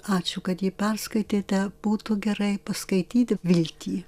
ačiū kad jį perskaitėte būtų gerai paskaityti viltį